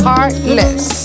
Heartless